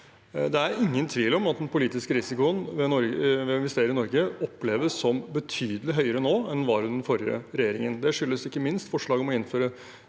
Det er ingen tvil om at den politiske risikoen ved å investere i Norge oppleves som betydelig høyere nå enn under den forrige regjeringen. Det skyldes ikke minst forslaget om å innføre